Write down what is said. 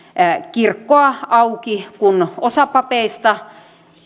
kirkkoa auki kun osa papeista